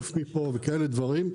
עוף מפה" וכאלה דברים.